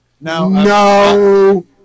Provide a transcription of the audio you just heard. No